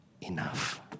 enough